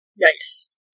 Nice